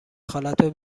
خالتو